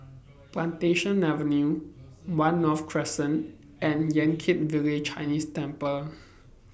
Plantation Avenue one North Crescent and Yan Kit Village Chinese Temple